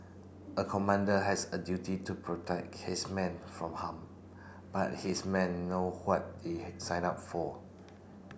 a commander has a duty to protect his men from harm but his men know what they signed up for